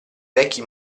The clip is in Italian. vecchi